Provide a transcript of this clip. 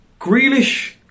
Grealish